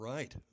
Right